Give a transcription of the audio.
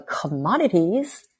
commodities